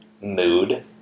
mood